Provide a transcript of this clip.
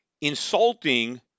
insulting